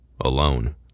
Alone